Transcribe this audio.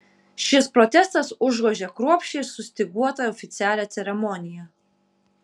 šis protestas užgožė kruopščiai sustyguotą oficialią ceremoniją